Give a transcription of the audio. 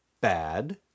bad